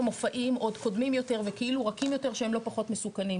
מופעים עוד קודמים יותר וכאילו רכים יותר שהם לא פחות מסוכנים.